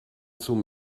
zum